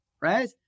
right